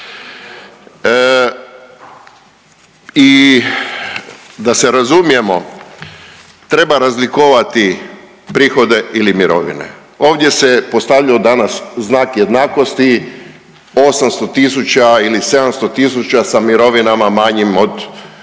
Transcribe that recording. I da se razumijemo, treba razlikovati prihode ili mirovine. Ovdje se postavljaju danas znak jednakosti, 800 tisuća ili 700 tisuća sa mirovinama manjim od